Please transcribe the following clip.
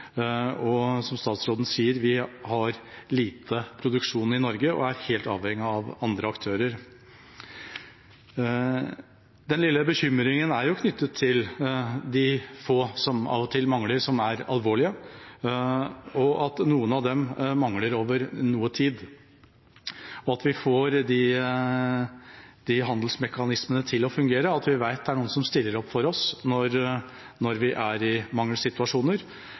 fungerer. Som statsråden sier, har vi lite produksjon i Norge og er helt avhengig av andre aktører. Den lille bekymringen er knyttet til de få som av og til mangler, som er alvorlige, at noen av dem mangler over noe tid, at vi får handelsmekanismene til å fungere, og at vi vet det er noen som stiller opp for oss når vi er i mangelsituasjoner.